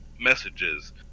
messages